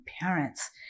parents